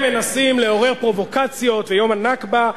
ואתם מנסים לעורר פרובוקציות ויום הנכבה,